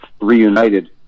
reunited